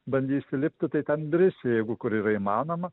bandysi lipti tai ten brisi jeigu kur yra įmanoma